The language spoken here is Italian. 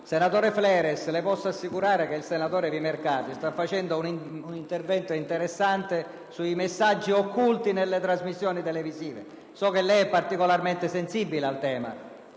Senatore Fleres, le posso assicurare che il senatore Vimercati sta facendo un intervento interessante sui messaggi occulti nelle trasmissioni televisive. So che lei è particolarmente sensibile al tema.